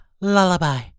Lullaby